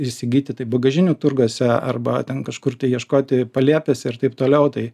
įsigyti tai bagažinių turguose arba ten kažkur tai ieškoti palėpėse ir taip toliau tai